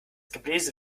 gebläse